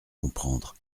comprendre